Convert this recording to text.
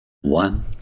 one